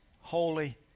Holy